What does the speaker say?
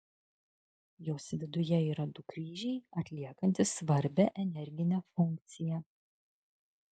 jos viduje yra du kryžiai atliekantys svarbią energinę funkciją